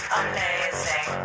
amazing